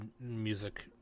music